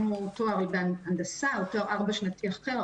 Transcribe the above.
אם התואר בהנדסה או תואר 4 שנתי אחר,